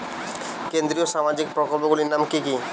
কেন্দ্রীয় সামাজিক প্রকল্পগুলি নাম কি কি?